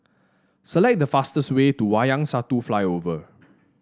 select the fastest way to Wayang Satu Flyover